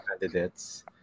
candidates